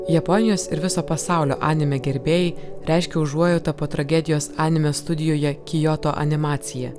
japonijos ir viso pasaulio anime gerbėjai reiškia užuojautą po tragedijos anime studijoje kioto animacija